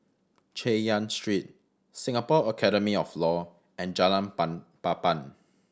Chay Yan Street Singapore Academy of Law and Jalan Pan Papan